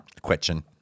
Question